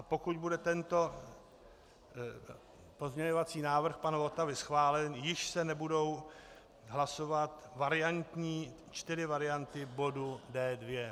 A pokud bude tento pozměňovací návrh pana Votavy schválen, již se nebudou hlasovat čtyři varianty bodu D2.